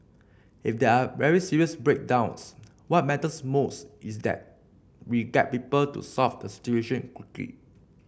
if there are very serious breakdowns what matters most is that we get people to solve the situation quickly